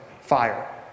fire